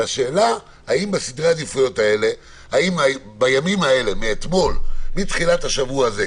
השאלה היא האם מתחילת השבוע הזה,